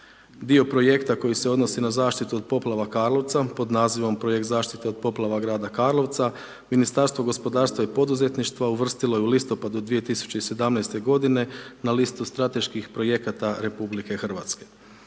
Dio Projekta koji se odnosi na zaštitu od poplava Karlovca pod nazivom Projekt zaštite od poplava grada Karlovca, Ministarstvo gospodarstva i poduzetništva uvrstilo je u listopadu 2017.-te godine na listu strateških projekata RH.